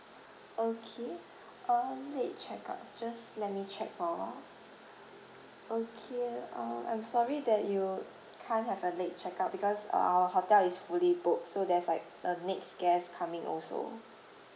okay um late check outs just let me check for a while okay uh I'm sorry that you can't have a late check out because uh our hotel is fully booked so there's like the next guest coming also